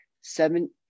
seven